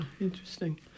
Interesting